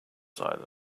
silent